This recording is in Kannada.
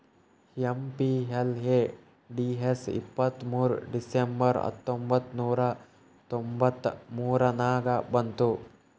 ಎಮ್.ಪಿ.ಎಲ್.ಎ.ಡಿ.ಎಸ್ ಇಪ್ಪತ್ತ್ಮೂರ್ ಡಿಸೆಂಬರ್ ಹತ್ತೊಂಬತ್ ನೂರಾ ತೊಂಬತ್ತ ಮೂರ ನಾಗ ಬಂತು